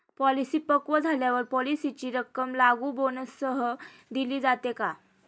Policy पक्व झाल्यावर पॉलिसीची रक्कम लागू बोनससह दिली जाते का?